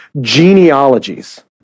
genealogies